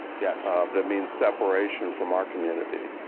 yeah ah but that means separation from our community.